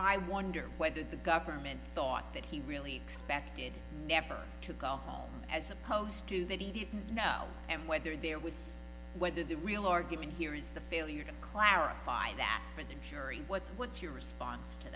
i wonder whether the government thought that he really expected never to go home as opposed to that he no and whether there was whether the real argument here is the failure to clarify that for the jury what's what's your response to